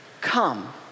come